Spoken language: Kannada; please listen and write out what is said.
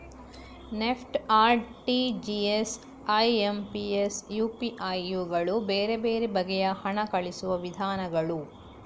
ನೆಫ್ಟ್, ಆರ್.ಟಿ.ಜಿ.ಎಸ್, ಐ.ಎಂ.ಪಿ.ಎಸ್, ಯು.ಪಿ.ಐ ಇವುಗಳು ಬೇರೆ ಬೇರೆ ಬಗೆಯ ಹಣ ಕಳುಹಿಸುವ ವಿಧಾನಗಳು